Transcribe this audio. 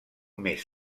més